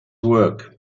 work